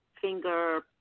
finger